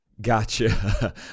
Gotcha